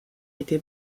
été